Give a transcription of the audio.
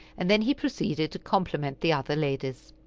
and then he proceeded to compliment the other ladies.